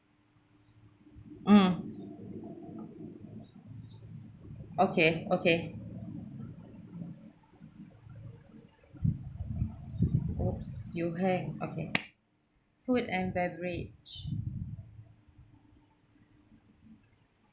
mm okay okay !oops! you hang okay food and beverage